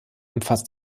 umfasst